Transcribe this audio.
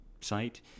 site